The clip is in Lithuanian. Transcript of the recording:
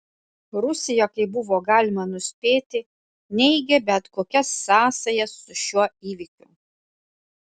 rusija kaip buvo galima nuspėti neigė bet kokias sąsajas su šiuo įvykiu